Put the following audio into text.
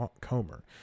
Comer